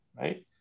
right